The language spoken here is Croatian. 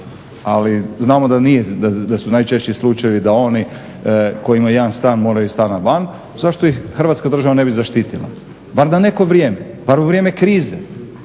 da nije, da su najčešći slučajevi da oni koji imaju jedan stan moraju iz stana van, zašto ih Hrvatska država ne bi zaštitila, bar na neko vrijeme. Bar u vrijeme krize,